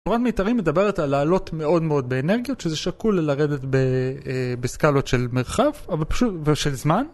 תורת המיתרים מדברת על לעלות מאוד מאוד באנרגיות שזה שקול ללרדת בסקלות של מרחב, אבל פשוט..., ושל זמן